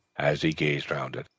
as he gazed round it,